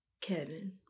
Kevin